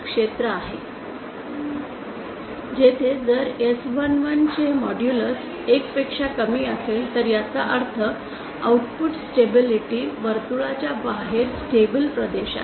जेथे जर s11 चे मॉड्यूलस 1 पेक्षा कमी असेल तर याचा अर्थ आउटपुट स्टेबिलिटी वर्तुळाच्या बाहेर स्टेबल प्रदेश आहे